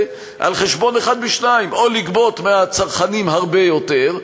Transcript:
על חשבון אחד משניים: או לגבות מהצרכנים הרבה יותר,